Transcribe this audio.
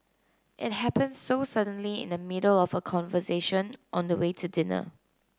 it happened so suddenly in the middle of a conversation on the way to dinner